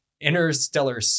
interstellar